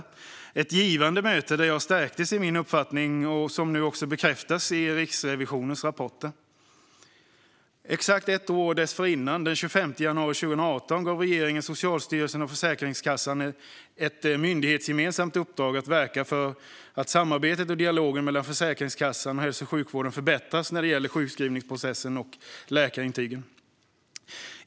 Det var ett givande möte där jag stärktes i min uppfattning, som nu också bekräftas i Riksrevisionens rapporter. Exakt ett år dessförinnan, den 25 januari 2018, gav regeringen Socialstyrelsen och Försäkringskassan ett myndighetsgemensamt uppdrag att verka för att samarbetet och dialogen mellan Försäkringskassan och hälso och sjukvården förbättras när det gäller sjukskrivningsprocessen och läkarintygen.